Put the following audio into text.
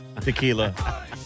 Tequila